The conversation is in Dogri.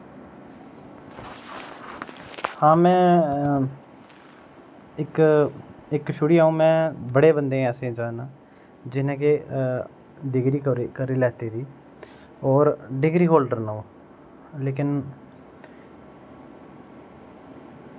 हां में इक्क छुड़ियै इक्क छुड़ियै में बड़े बंदे ई ऐसे जानना जिनें के डिग्री करी लैती दी होर डिग्री होल्डर न ओह् लेकिन